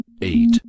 eight